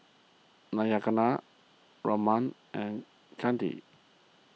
Raman and Chandi